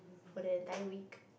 for the entire week